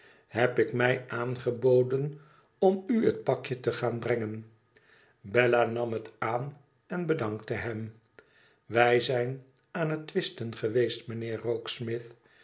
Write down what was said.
heb ik mij aangeboden om u het pakje te gaan brengen bella nam het aan en bedankte hem wij zijn aan het twisten geweest mijnheer